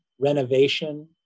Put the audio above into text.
renovation